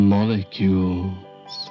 Molecules